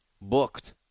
booked